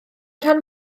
rhan